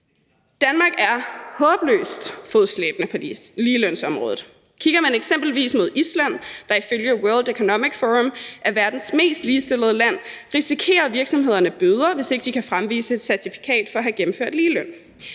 Danmark er håbløst fodslæbende på ligelønsområdet. Kigger man eksempelvis mod Island, der ifølge World Economic Forum er verdens mest ligestillede land, risikerer virksomhederne bøder, hvis ikke de kan fremvise et certifikat for at have gennemført ligeløn.